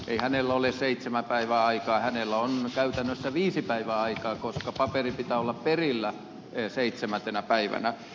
ei hänellä ole seitsemää päivää aikaa hänellä on käytännössä viisi päivää aikaa koska paperin pitää olla perillä seitsemäntenä päivänä